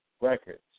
records